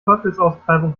teufelsaustreibung